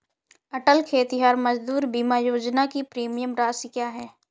अटल खेतिहर मजदूर बीमा योजना की प्रीमियम राशि क्या है?